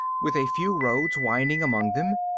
with a few roads winding among them.